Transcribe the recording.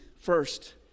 first